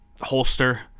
holster